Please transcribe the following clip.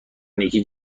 نیکی